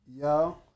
yo